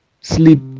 sleep